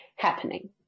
happening